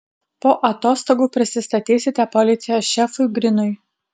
po atostogų prisistatysite policijos šefui grinui